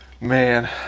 man